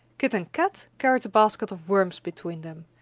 kit and kat carried the basket of worms between them,